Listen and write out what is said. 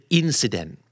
incident